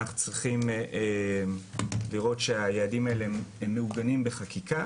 אנחנו צריכים לראות שהיעדים האלה מעוגנים בחקיקה